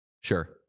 Sure